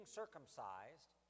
circumcised